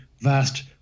vast